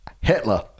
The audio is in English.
hitler